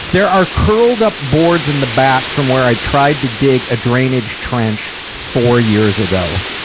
there are curled up boards in the back from where i tried to dig a drainage trench four years ago.